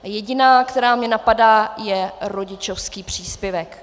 Jediná, která mě napadá, je rodičovský příspěvek.